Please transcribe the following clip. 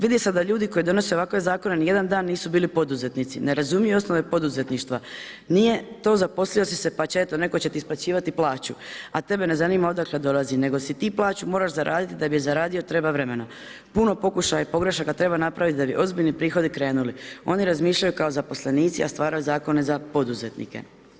Vidi se da ljudi koji donose ovakve zakone nijedan dan nisu bili poduzetnici, ne razumiju osnove poduzetništva, nije to zaposlio si se pa eto netko će ti isplaćivati plaću, a tebe ne zanima odakle dolazi, nego si ti plaću moraš zaraditi da bi je zaradio treba vremena, puno pokušaja i pogrešaka treba napravit da bi ozbiljni prihodi krenuli, oni razmišljaju kao zaposlenici, a stvaraju zakone za poduzetnike.